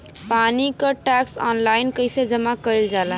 पानी क tax online कईसे जमा कईल जाला?